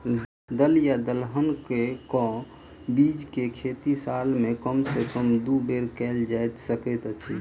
दल या दलहन केँ के बीज केँ खेती साल मे कम सँ कम दु बेर कैल जाय सकैत अछि?